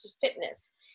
fitness